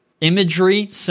imagery